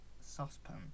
saucepan